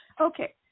Okay